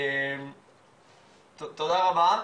תודה רבה.